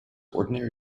ordinary